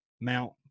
Mount